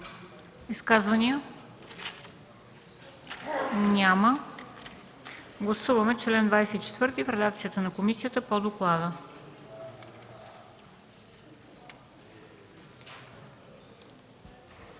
Изказвания? Няма. Гласуваме чл. 40 в редакцията на комисията по доклада.